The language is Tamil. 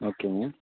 ஓகேங்க